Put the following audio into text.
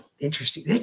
interesting